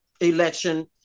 election